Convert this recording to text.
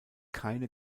keine